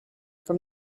from